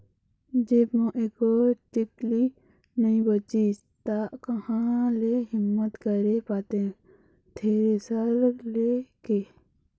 जेब म एको टिकली नइ बचिस ता काँहा ले हिम्मत करे पातेंव थेरेसर ले के